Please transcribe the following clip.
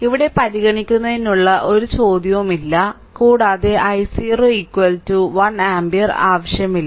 ഇവിടെ പരിഗണിക്കുന്നതിനുള്ള ഒരു ചോദ്യവുമില്ല കൂടാതെ i0 1 ആമ്പിയർ ആവശ്യമില്ല